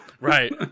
Right